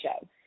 show